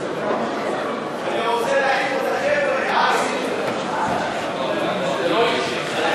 אי-אמון בממשלה לא נתקבלה.